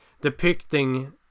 Depicting